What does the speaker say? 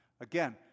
Again